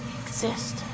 exist